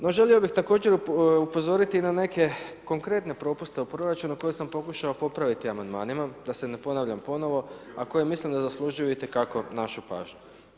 No, želio bih također upozoriti na neke konkretne propuste u proračunu koje sam pokušao popraviti Amandmanima da se ne ponavljam ponovo, a koje mislim da zaslužuju itekako našu pažnju.